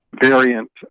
variant